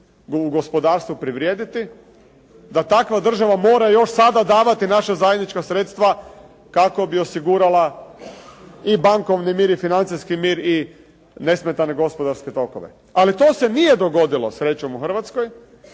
u gospodarstvu privrijediti, da takva država mora još sada davati naša zajednička sredstva kako bi osigurala i bankovni mir i financijski mir i nesmetane gospodarske tokove. Ali to se nije dogodilo srećom u Hrvatskoj